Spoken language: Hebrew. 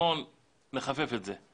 בוא נחפף את זה',